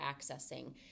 accessing